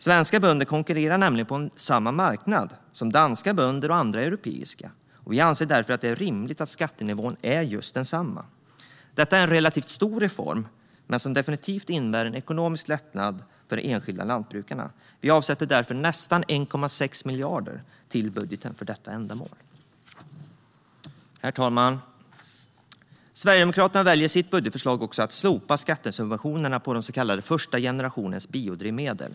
Svenska bönder konkurrerar nämligen på samma marknad som danska och andra europeiska bönder, och vi anser därför att det är rimligt att skattenivån är densamma. Detta är en relativt stor reform, men den skulle definitivt innebära en ekonomisk lättnad för de enskilda lantbrukarna. Vi avsätter därför nästan 1,6 miljarder i budgeten för detta ändamål. Herr talman! Sverigedemokraterna väljer i sitt budgetförslag att slopa skattesubventionerna på de så kallade första generationens biodrivmedel.